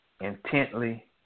intently